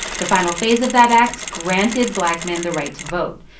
the final phase of that act granted black men the right to vote.